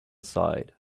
side